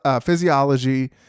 physiology